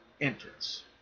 entrance